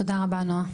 תודה רבה, נעה.